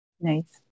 Nice